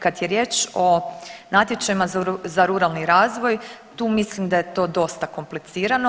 Kad je riječ o natječajima za ruralni razvoj tu mislim da je to dosta komplicirano.